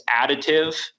additive